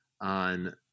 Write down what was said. on